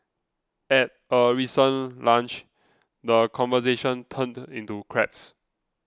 at a recent lunch the conversation turned into crabs